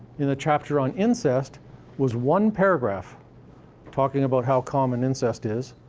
in the chapter on incest was one paragraph talking about how common incest is,